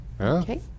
Okay